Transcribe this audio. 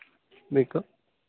మీకు